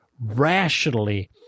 rationally